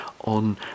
on